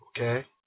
okay